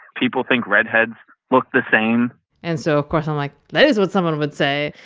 people think redheads look the same and so of course, i'm like, that is what someone would say.